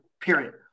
period